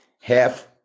half